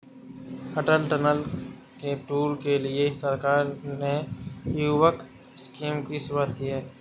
अटल tunnel के tour के लिए सरकार ने युवक स्कीम की शुरुआत की है